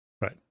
Right